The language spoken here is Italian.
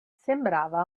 sembrava